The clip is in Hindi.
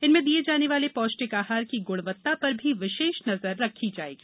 इनमें दिये जाने वाले पौष्टिक आहार की गुणवत्ता पर भी विशेष नजर रखी जायेगी